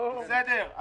בסדר,